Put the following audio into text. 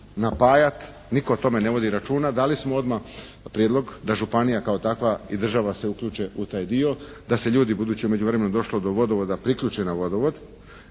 napajati. Nitko o tome ne vodi računa. Dali smo odmah prijedlog da županija kao takva i država se uključe u taj dio, da se ljudi budući je u međuvremenu došlo do vodovoda priključe na vodovod,